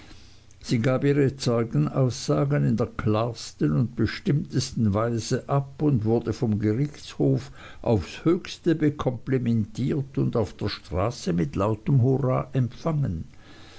sie gab ihre zeugenaussagen in der klarsten und bestimmtesten weise ab und wurde vom gerichtshof aufs höchste bekomplimentiert und auf der straße mit lautem hurra empfangen